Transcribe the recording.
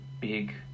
big